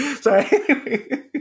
Sorry